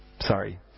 Sorry